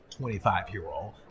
25-year-old